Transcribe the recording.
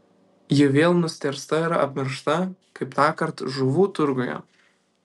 ji vėl nustėrsta ir apmiršta kaip tąkart žuvų turguje